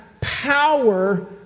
power